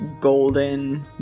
golden